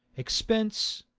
expense,